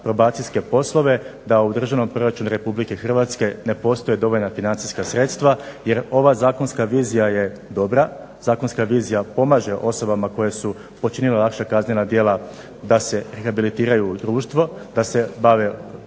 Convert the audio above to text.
probacijske poslove da u Državni proračun RH ne postoje dovoljna financijska sredstva jer ova zakonska vizija je dobra. Zakonska vizija pomaže osobama koje su počinile lakša kaznena djela da se rehabilitiraju u društvu, da se bave